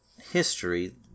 History